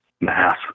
Mass